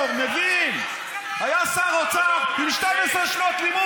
לפני 20 דקות.